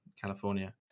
California